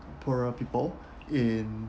poorer people in